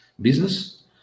business